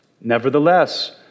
Nevertheless